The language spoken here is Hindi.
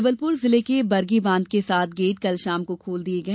जबलपुर जिले के बरगी बांध के सात गेट कल शाम खोल दिए गए